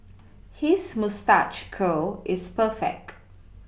his moustache curl is perfect